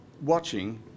watching